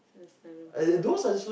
that's terrible lah